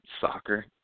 soccer